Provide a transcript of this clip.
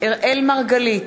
אראל מרגלית,